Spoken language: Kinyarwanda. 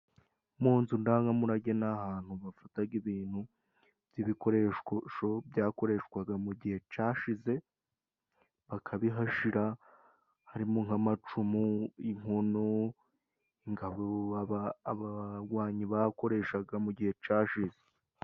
Mu nzu ndangamurage ni ahantu bafataga ibintu by'ibikoreshwasho byakoreshwaga mu gihe cashize bakabihashira harimo nk'amacumu, inkono, ingabo aba bagwanyi bakoreshaga mu gihe cashize.